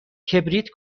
کبریت